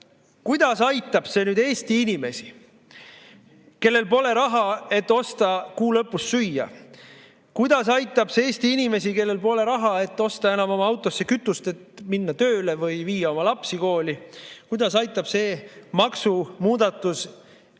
Kuidas aitab see nüüd Eesti inimesi, kellel pole raha, et osta kuu lõpus süüa? Kuidas aitab see Eesti inimesi, kellel pole raha, et osta oma autosse kütust, et minna tööle või viia oma lapsi kooli? Kuidas aitab see maksumuudatus, mis